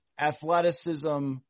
athleticism